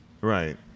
Right